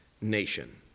nation